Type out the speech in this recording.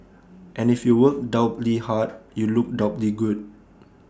and if you work doubly hard you look doubly good